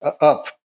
up